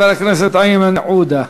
ואחריו, חבר הכנסת איימן עודה.